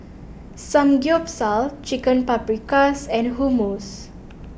Samgyeopsal Chicken Paprikas and Hummus